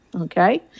okay